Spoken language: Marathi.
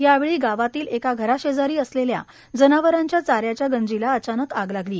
यावेळी गावातील एका घरा शेजारी असलेल्या जनावरांच्या चाऱ्याच्या गंजीला अचानक आग लागली